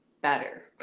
better